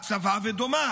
הצבא ודומיו,